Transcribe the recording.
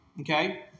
okay